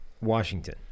Washington